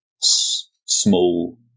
small